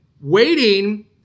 waiting